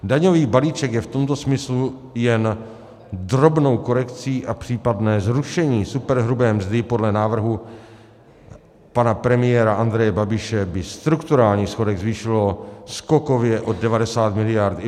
Daňový balíček je v tomto smyslu jen drobnou korekcí a případné zrušení superhrubé mzdy podle návrhu pana premiéra Andreje Babiše by strukturální schodek zvýšilo skokově o 90 mld.